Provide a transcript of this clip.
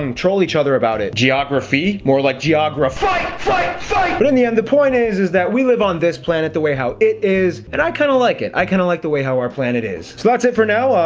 um troll each other about it. geography, more like geogra. fight, fight, fight! but in the end the point is is that we live on this planet the way how it is and i kind of like it i kind of like the way how our planet is. so that's it for now.